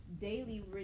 daily